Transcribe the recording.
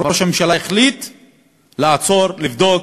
אבל ראש הממשלה החליט לעצור, לבדוק.